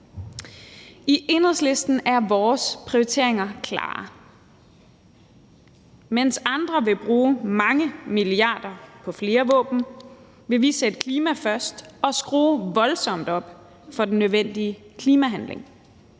I Enhedslisten er vores prioriteringer klare. Mens andre vil bruge mange milliarder på flere våben, vil vi sætte klimaet først og skrue voldsomt op for den nødvendige klimahandling.